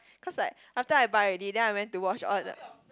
cause like after I buy already then I went to watch all the